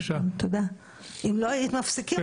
אם לא היו מפסיקים אותי,